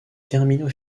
terminaux